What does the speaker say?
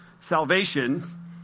salvation